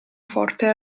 forte